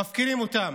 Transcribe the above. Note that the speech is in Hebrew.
מפקירים אותם.